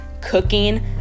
cooking